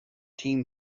team